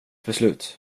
beslut